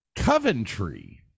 Coventry